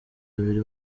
abiri